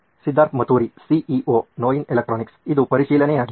Siddharth Maturi CEO ನೋಯಿನ್ electronics ಇದು ಪರಿಶೀಲನೆಯಾಗಿದೆ